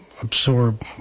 absorb